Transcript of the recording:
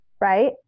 Right